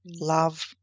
love